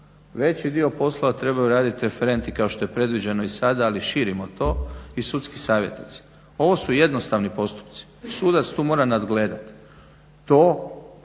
veći dio posla, a trebaju raditi referenti kao što je predviđeno i sada ali širimo to i sudski savjetnici. Ovo su jednostavni postupci. Sudac tu mora nadgledati.